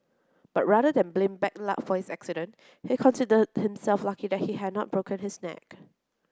but rather than blame bad luck for his accident he considered himself lucky that he had not broken his neck